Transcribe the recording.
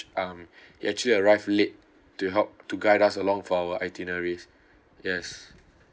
um he actually arrived late to help to guide us along for our itineraries yes